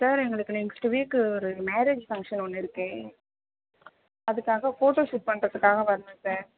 sir எங்களுக்கு next week ஒரு marriage function ஒன்று இருக்குது அதுக்காக ஃபோட்டோஷூட் பண்றதுக்காக வரணும் சார்